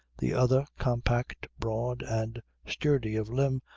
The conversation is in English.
the other, compact, broad and sturdy of limb,